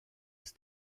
ist